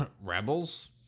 Rebels